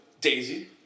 Daisy